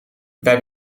wij